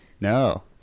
No